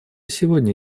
сегодня